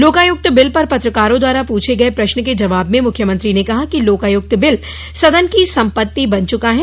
Lokayukta bill पर पत्रकारों द्वारा पूछे गये प्रश्न के जबाब में मुख्यमंत्री ने कहा कि लोकायुक्त बिल सदन की सम्पत्ति बन चुका है